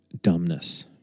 dumbness